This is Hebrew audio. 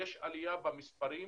יש עלייה במספרים.